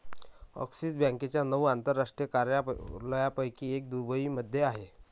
axis बँकेच्या नऊ आंतरराष्ट्रीय कार्यालयांपैकी एक दुबईमध्ये आहे